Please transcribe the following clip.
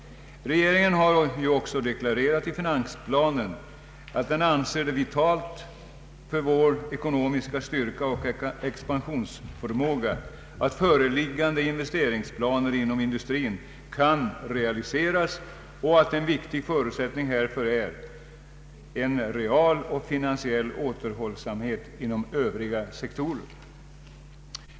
Regeringen har ju också deklarerat i finansplanen att den anser det vitalt för vår ekonomis styrka och expansionsförmåga att föreliggande investeringsplaner inom industrin kan realiseras och att en viktig förutsättning härför är en reell och finansiell återhållsamhet inom övriga sektorer.